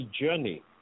journey